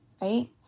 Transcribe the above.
Right